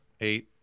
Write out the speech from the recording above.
eight